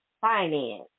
finance